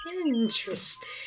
interesting